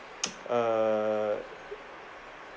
err